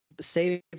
save